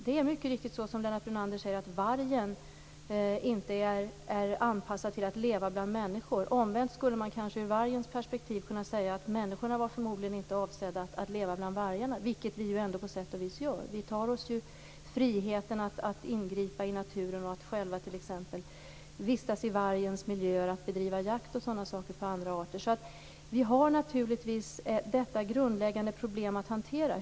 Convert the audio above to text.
Det är mycket riktigt så, som Lennart Brunander säger, att vargen inte är anpassad till att leva bland människor. Omvänt skulle man kanske ur vargens perspektiv kunna säga att människorna förmodligen inte är avsedda att leva bland vargarna, vilket vi ändå på sätt och vis gör. Vi tar oss friheten att ingripa i naturen, att själva vistas i vargens miljöer och bedriva jakt på andra arter. Vi har naturligtvis detta grundläggande problem att hantera.